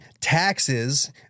taxes –